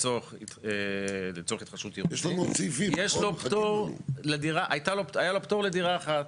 לצורך התחדשות עירונית, היה לו פטור לדירה אחת,